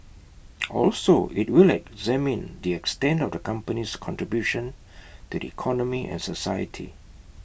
also IT will examine the extent of the company's contribution to the economy and society